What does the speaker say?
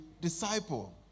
disciple